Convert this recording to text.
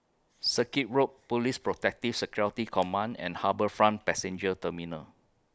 Circuit Road Police Protective Security Command and HarbourFront Passenger Terminal